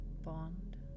bond